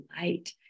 light